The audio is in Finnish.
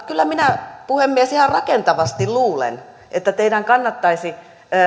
kyllä minä puhemies ihan rakentavasti luulen että teidän kannattaisi